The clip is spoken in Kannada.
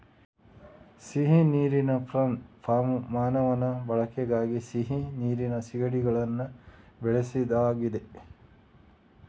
ಸಿಹಿ ನೀರಿನ ಪ್ರಾನ್ ಫಾರ್ಮ್ ಮಾನವನ ಬಳಕೆಗಾಗಿ ಸಿಹಿ ನೀರಿನ ಸೀಗಡಿಗಳನ್ನ ಬೆಳೆಸುದಾಗಿದೆ